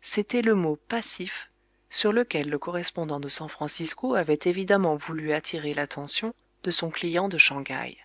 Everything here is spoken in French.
c'était le mot passif sur lequel le correspondant de san francisco avait évidemment voulu attirer l'attention de son client de shang haï